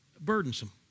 burdensome